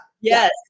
yes